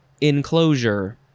enclosure